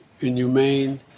inhumane